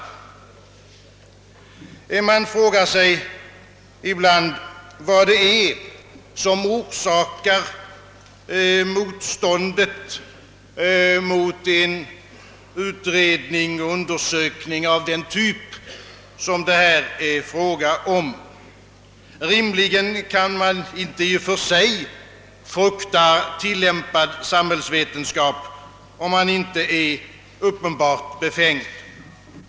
Det finns anledning att fråga sig, vad det är som orsakar motståndet mot en undersökning av detta slag. Rimligen kan man inte i och för sig frukta tilllämpad samhällsvetenskap, om man inte är uppenbart befängd.